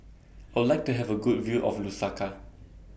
I Would like to Have A Good View of Lusaka